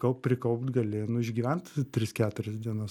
kaupt prikaupt gali nu išgyvent tris keturias dienas